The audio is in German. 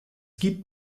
gibt